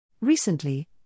Recently